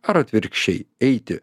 ar atvirkščiai eiti